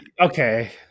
Okay